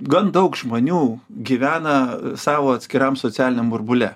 gan daug žmonių gyvena savo atskiram socialiniam burbule